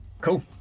Cool